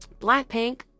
blackpink